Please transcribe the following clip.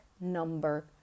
number